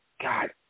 God